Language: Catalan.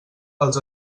els